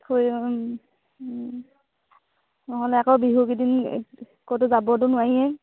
থৈ নহ'লে আকৌ বিহুকেইদিন ক'তো যাবতো নোৱাৰিয়েই